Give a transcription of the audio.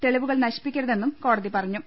തെളിവുകൾ നശിപ്പിക്കരുതെന്നും കോടതി പറഞ്ഞു